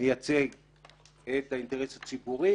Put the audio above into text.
מייצג את האינטרס הציבורי,